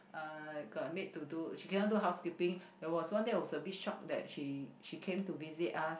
uh got a maid to do she cannot do housekeeping there was one day I was a bit shocked that she came to visit us